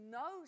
no